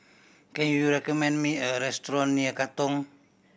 can you recommend me a restaurant near Katong